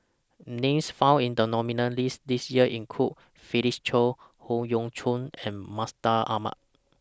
Names found in The nominees' list This Year include Felix Cheong Howe Yoon Chong and Mustaq Ahmad